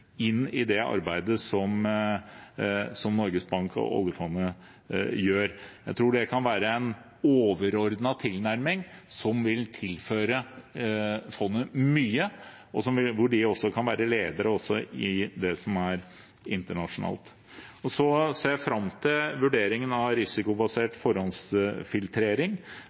i det arbeidet som Norges Bank og oljefondet gjør. Jeg tror det kan være en overordnet tilnærming som vil tilføre fondet mye, hvor de også kan være ledere internasjonalt. Jeg ser fram til vurderingen av risikobasert forhåndsfiltrering. Det er også et element som